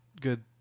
good